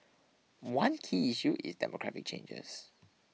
one key issue is demographic changes